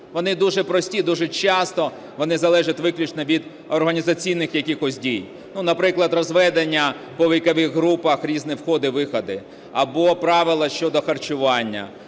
Вони дуже прості, дуже часто вони залежать виключно від організаційних якихось дій. Ну, наприклад, розведення по вікових групах – різні входи і виходи. Або правила щодо харчування,